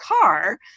car